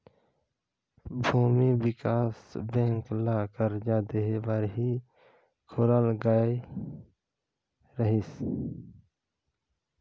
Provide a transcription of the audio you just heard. भूमि बिकास बेंक ल करजा देहे बर ही खोलल गये रहीस